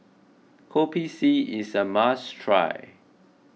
Kopi C is a must try